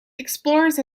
explores